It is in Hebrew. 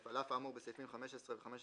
15א2. (א)על אף האמור בסעיפים 15 ו-15א1,